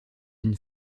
une